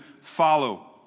follow